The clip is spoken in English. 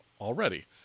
already